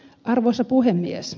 arvoisa puhemies